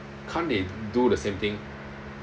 can't they do the same thing